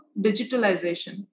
digitalization